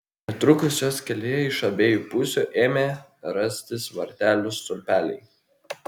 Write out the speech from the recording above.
netrukus jos kelyje iš abiejų pusių ėmė rastis vartelių stulpeliai